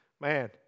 man